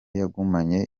yagumanye